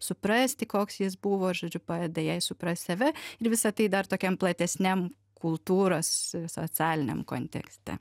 suprasti koks jis buvo žodžiu padeda jai suprast save ir visa tai dar tokiam platesniam kultūros socialiniam kontekste